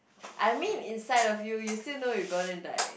I mean inside of you you still know you gonna die